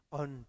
on